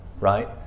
right